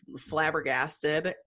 flabbergasted